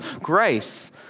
grace